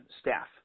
staff